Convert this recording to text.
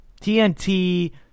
TNT